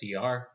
CR